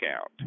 out